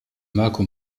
marco